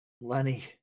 Lenny